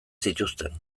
zituzten